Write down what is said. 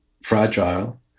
fragile